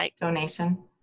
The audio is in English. donation